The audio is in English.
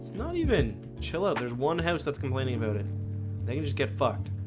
not even chill oh there's one house that's complaining about it now you just get fucked